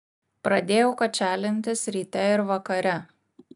pradėjau kačialintis ryte ir vakare